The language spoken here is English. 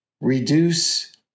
reduce